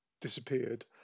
disappeared